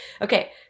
Okay